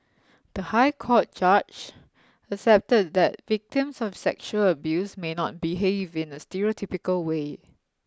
the High Court judge accepted that victims of sexual abuse may not behave in a stereotypical way